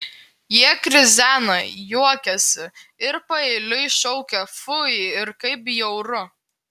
jie krizena juokiasi ir paeiliui šaukia fui ir kaip bjauru